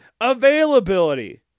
Availability